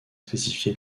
spécifié